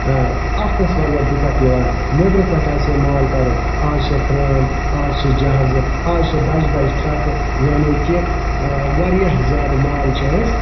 اتھ ٲس واریاہ دِکَت یِوان نیٚبرِ پیٹھٕ آسہِ ہہَ مال تارُن آز چھےٚ ٹرین آز چھِ جَہازٕ آز چھےٚ بَجہِ بَجہِ ٹرٛکہٕ یعنے کہِ واریاہ زیادٕ مال چھِ أسۍ